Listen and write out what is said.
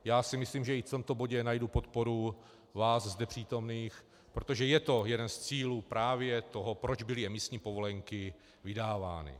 Já si myslím, že i v tomto bodě najdu podporu vás zde přítomných, protože je to jeden z cílů právě toho, proč byly emisní povolenky vydávány.